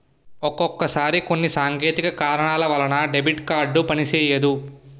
ఒక్కొక్కసారి కొన్ని సాంకేతిక కారణాల వలన డెబిట్ కార్డు పనిసెయ్యదు